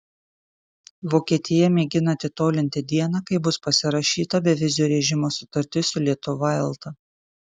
vokietija mėgina atitolinti dieną kai bus pasirašyta bevizio režimo sutartis su lietuva elta